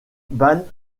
ban